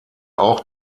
auch